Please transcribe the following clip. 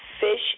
fish